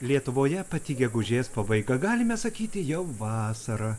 lietuvoje pati gegužės pabaiga galime sakyti jau vasara